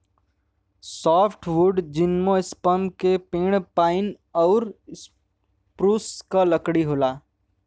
softwood gymnosperm के पेड़ pine आउर स्प्रूस क लकड़ी होला